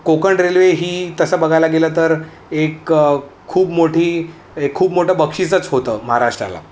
Konkan railway ही तसं बघायला गेलं तर एक खूप मोठी खूप मोठं बक्षीसच होतं महाराष्ट्राला